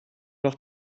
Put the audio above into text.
noch